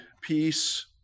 peace